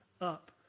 up